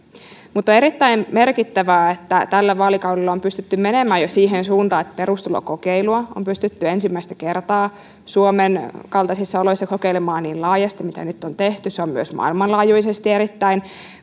on erittäin merkittävää että tällä vaalikaudella on pystytty jo menemään siihen suuntaan että perustulokokeilua on pystytty ensimmäistä kertaa suomen kaltaisissa oloissa kokeilemaan niin laajasti miten nyt on tehty se on myös maailmanlaajuisesti erittäin